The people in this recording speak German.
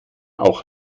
auch